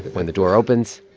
when the door opens,